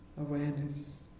awareness